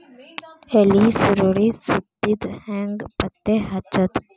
ಎಲಿ ಸುರಳಿ ಸುತ್ತಿದ್ ಹೆಂಗ್ ಪತ್ತೆ ಹಚ್ಚದ?